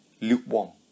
lukewarm